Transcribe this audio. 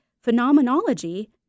phenomenology